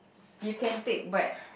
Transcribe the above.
you can take but